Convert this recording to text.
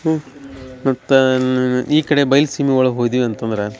ಹ್ಞೂ ಮತ್ತು ನಾನು ಈ ಕಡೆ ಬೈಲು ಸೀಮೆ ಒಳಗೆ ಹೋದ್ವಿ ಅಂತಂದ್ರ